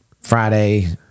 Friday